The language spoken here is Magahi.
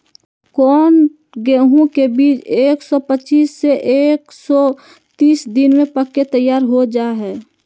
कौन गेंहू के बीज एक सौ पच्चीस से एक सौ तीस दिन में पक के तैयार हो जा हाय?